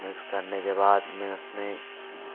mix करने के बाद मैं उसमें